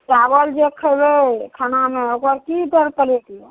चावल जे खेबय खानामे ओकर की दर प्लेट यऽ